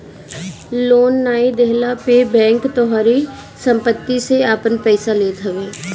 loan नाइ देहला पे बैंक तोहारी सम्पत्ति से आपन पईसा लेत हवे